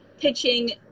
pitching